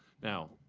now,